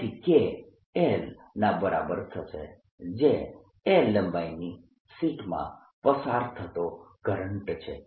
તેથી K l ના બરાબર થશે જે l લંબાઈની શીટમાંથી પસાર થતો કરંટ છે